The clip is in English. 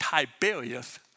Tiberius